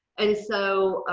and so,